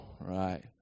Right